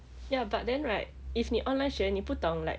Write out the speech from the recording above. ya but then right if 你 online 学你不懂 like